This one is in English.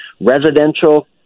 residential